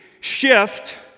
shift